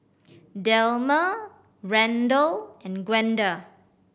Delmer Randel and Gwenda